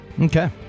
Okay